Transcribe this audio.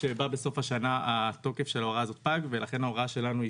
שבה בסוף השנה תוקף של ההוראה הזאת פג ולכן העמדה שלנו,